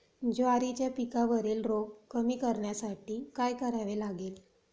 ज्वारीच्या पिकावरील रोग कमी करण्यासाठी काय करावे लागेल?